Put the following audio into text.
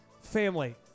family